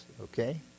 Okay